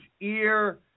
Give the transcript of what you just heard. ear